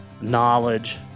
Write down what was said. knowledge